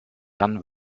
dann